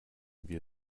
wir